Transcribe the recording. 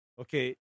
Okay